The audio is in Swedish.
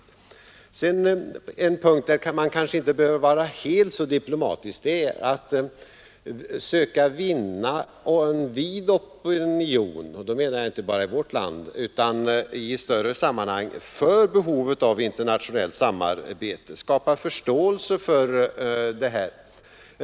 En annan punkt, och där behöver man kanske inte vara fullt så diplomatisk, gäller att försöka åstadkomma en vid opinion — och då menar jag inte bara i vårt land utan i ett större sammanhang — för behovet av internationellt samarbete, att skapa förståelse härför.